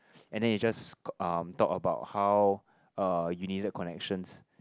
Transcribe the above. and then he just uh talk about how uh you need that connections